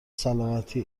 سلامتی